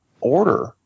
order